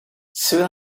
soon